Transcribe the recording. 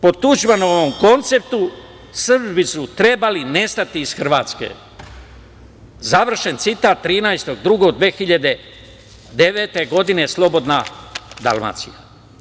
Po Tuđmanovom konceptu, Srbi su trebali nestati iz Hrvatske“, završen citat, 13. februara 2009. godine, „Slobodna Dalmacija“